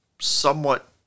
somewhat